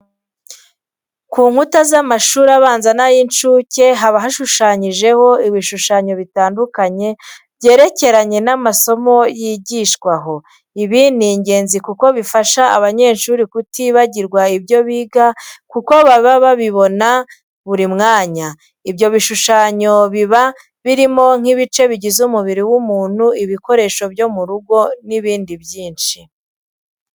Ku nkuta z'amashuri abanza n'ay'incuke haba hashushanyijeho ibishushanyo bitandukanye byerekeranye n'amasomo yigishwa aho. Ibi ni ingenzi kuko bifasha abanyeshuri kutibagirwa ibyo biga kuko baba babibona buri mwanya. Ibyo bishushanyo biba birimo nk'ibice bigize umubiri w'umuntu, ibikoresho byo mu rugo n'ibindi byinshi.